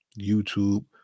YouTube